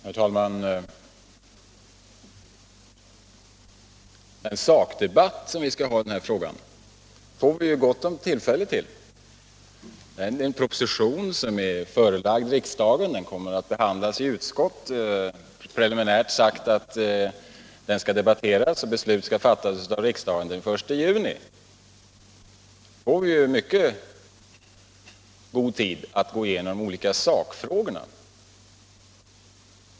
Herr talman! Den sakdebatt som vi skall ha i den här frågan får vi gott om tillfällen att föra. Den proposition som är förelagd riksdagen kommer att behandlas i utskott, och preliminärt är det sagt att den skall debatteras i kammaren och beslut fattas den 1 juni. Då har vi ju mycket god tid på oss för att gå igenom de olika sakfrågorna.